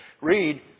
read